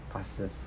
pastors